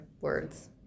words